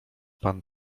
pan